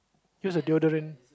use a deodorant